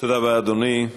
תודה רבה, אדוני.